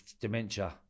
dementia